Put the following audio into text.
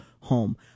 home